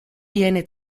viene